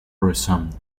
resumed